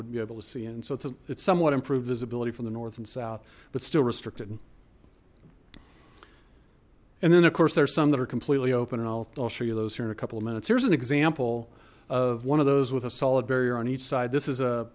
wouldn't be able to see in so it's a it's somewhat improved visibility from the north and south but still restricted and then of course there's some that are completely open and i'll show you those here in a couple of minutes here's an example of one of those with a solid barrier on each side this is a